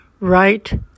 right